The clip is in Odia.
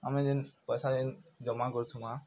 ଆମେ ଯେନ୍ ପଏସା ଯେନ୍ ଜମା କରୁଥିମା